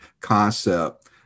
concept